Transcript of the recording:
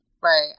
right